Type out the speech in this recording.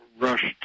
rushed